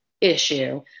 issue